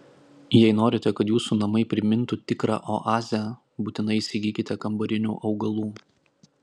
jei norite kad jūsų namai primintų tikrą oazę būtinai įsigykite kambarinių augalų